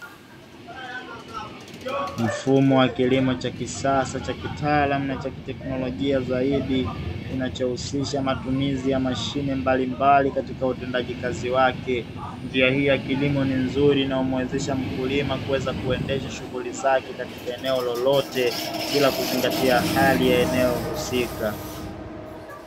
Mfumo wa kilimo cha kisasa cha kitaalam na cha kiteknolojia zaidi, kinachohusisha matumizi ya mashine mbalimbali katika utendaji kazi wake. Njia hii ya kilimo ni nzuri na umuwezesha mkulima kuweza kuendesha shughuli zake katika eneo lolote bila kuzingatia hali ya eneo husika.